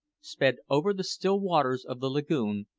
sped over the still waters of the lagoon,